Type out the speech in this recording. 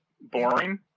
boring